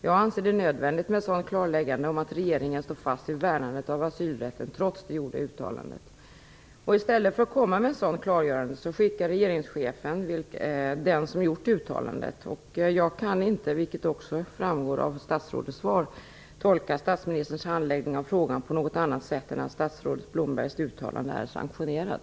Jag anser det nödvändigt med ett klarläggande av att regeringen står fast vid värnandet av asylrätten trots det gjorda uttalandet. I stället för att komma med ett sådant klargörande skickar regeringschefen den som gjort uttalandet. Jag kan inte, vilket också framgår av statsrådets svar, tolka statsministerns handläggning av frågan på något annat sätt än att statsrådet Blombergs uttalande är sanktionerat.